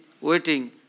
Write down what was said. waiting